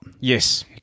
Yes